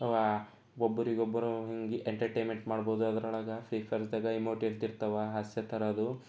ಒಬ್ಬರಿಗೊಬ್ಬರು ಹೀಗೆ ಎಂಟರ್ಟೈಮೆಂಟ್ ಮಾಡಬಹುದು ಅದರೊಳಗೆ ಸೇಫ್ ಇರ್ತದೆ ಇಮೋಟಿಂತಿರ್ತವೆ ಹಾಸ್ಯ ಥರದ್ದು